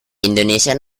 indonesia